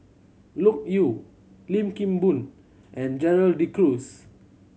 Loke Yew Lim Kim Boon and Gerald De Cruz